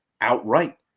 Outright